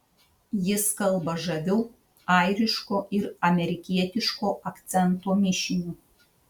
jis kalba žaviu airiško ir amerikietiško akcento mišiniu